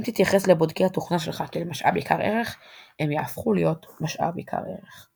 אם תתייחס לבודקי התוכנה שלך כאל משאב יקר ערך,